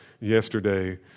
yesterday